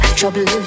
trouble